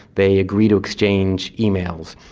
they agree to exchange emails.